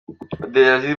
abdelaziz